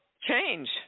change